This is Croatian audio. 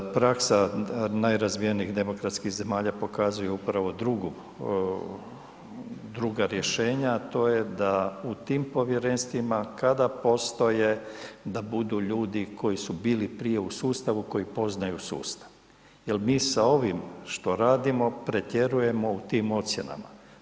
Praksa najrazvijenijih demokratskih zemalja pokazuje upravo druga rješenja, to je da u tim povjerenstvima kada postoje da budu ljudi koji su bili prije u sustavu koji poznaju sustav, jel mi sa ovim što radimo pretjerujemo u tim ocjenama.